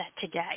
today